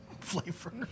flavor